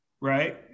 Right